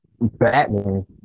Batman